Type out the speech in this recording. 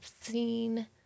seen